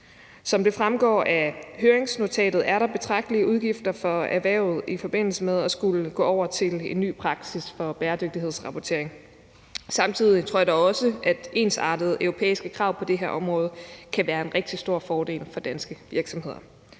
Som det fremgår af høringsnotatet, er der betragtelige udgifter for erhvervet i forbindelse med at skulle gå over til en ny praksis for bæredygtighedsrapportering. Samtidig tror jeg dog også, at ensartede europæiske krav på det her område kan være en rigtig stor fordel for danske virksomheder.